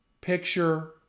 picture